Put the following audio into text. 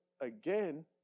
again